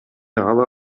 ала